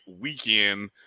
weekend